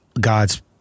God's